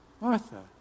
Martha